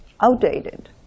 outdated